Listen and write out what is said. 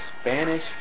Spanish